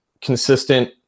consistent